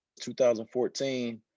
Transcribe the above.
2014